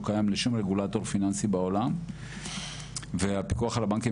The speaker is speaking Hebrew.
קיים לשום רגולטור פיננסי בעולם והפיקוח על הבנקים,